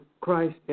Christ